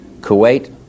Kuwait